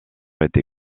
été